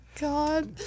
God